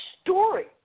story